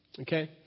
okay